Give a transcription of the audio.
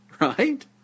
right